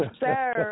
sir